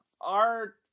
Art